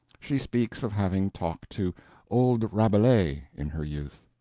she speaks of having talked to old rabelais in her youth.